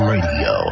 Radio